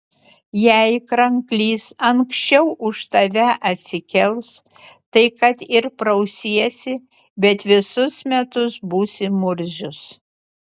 jei kranklys anksčiau už tave atsikels tai kad ir prausiesi bet visus metus būsi murzius